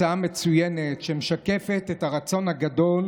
הצעה מצוינת, שמשקפת את הרצון הגדול